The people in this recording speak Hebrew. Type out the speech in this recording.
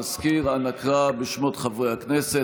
המזכיר, אנא קרא בשמות חברי הכנסת.